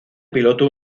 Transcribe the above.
piloto